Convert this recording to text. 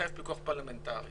מחייב פיקוח פרלמנטרי.